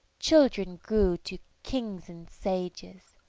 children grew to kings and sages.